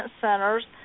centers